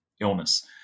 illness